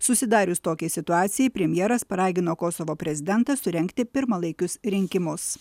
susidarius tokiai situacijai premjeras paragino kosovo prezidentą surengti pirmalaikius rinkimus